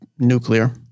nuclear